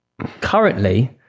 currently